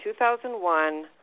2001